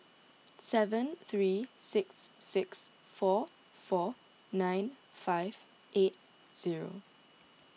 seven three six six four four nine five eight zero